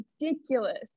ridiculous